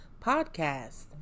Podcast